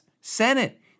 Senate